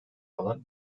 alan